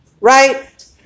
right